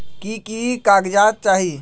की की कागज़ात चाही?